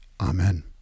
Amen